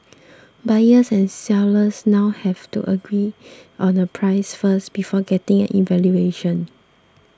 buyers and sellers now have to agree on a price first before getting an evaluation